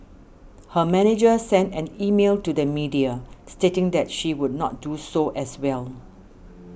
her manager sent an email to the media stating that she would not do so as well